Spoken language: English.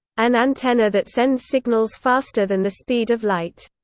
an antenna that sends signals faster than the speed of light.